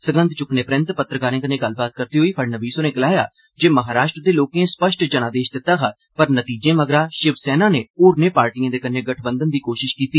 सगंध चुक्कने परैन्त पत्रकारें कन्नै गल्लबात करदे होई फडनवीस होरें गलाया जे महाराष्ट्र दे लोकें स्पष्ट जनादेश दित्ता हा पर नतीजें मगरा शिवसेना नै होरनें पार्टिएं दे कन्नै गठबंधन दी कोशश कीती